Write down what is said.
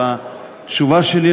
לתוצאות.